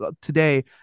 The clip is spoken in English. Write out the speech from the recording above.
today